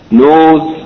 knows